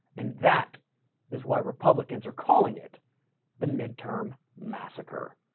and that is why republicans are calling it the midterm massacre,